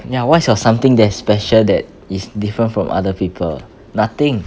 ya what's your something that is special that is different from other people nothing